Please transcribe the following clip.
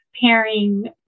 pairing